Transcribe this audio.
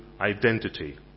identity